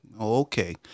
Okay